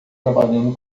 trabalhando